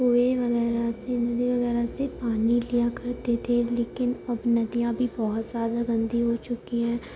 کنویں وغیرہ سے ندی وغیرہ سے پانی لیا کرتے تھے لیکن اب ندیاں بھی بہت زیادہ گندی ہو چکی ہیں